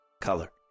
Color